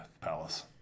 palace